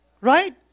Right